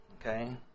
okay